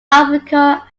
africa